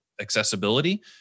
accessibility